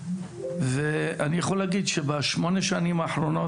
ואני יכול להגיד שבשמונה שנים האחרונות,